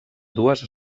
dues